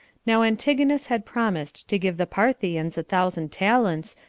now antigonus had promised to give the parthians a thousand talents,